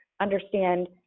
understand